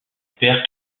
père